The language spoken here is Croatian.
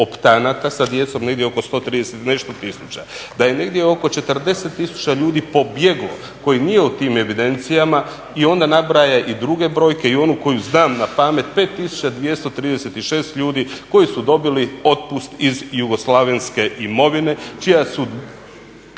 sa djecom negdje oko 130 i nešto tisuća, da je negdje oko 40 tisuća ljudi pobjeglo koje nije u tim evidencijama i onda nabraja i druge brojke i onu koju znam na pamet 5236 ljudi koji su dobili otpust iz jugoslavenske imovine čija je